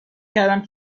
کردم